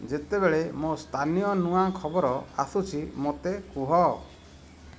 ଯେତେବେଳେ ମୋ ସ୍ଥାନୀୟ ନୂଆ ଖବର ଆସୁଛି ମୋତେ କୁହ